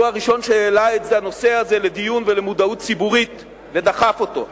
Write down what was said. שהוא הראשון שהעלה את הנושא הזה לדיון ולמודעות ציבורית ודחף אותו.